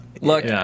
Look